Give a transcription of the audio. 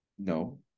No